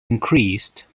increased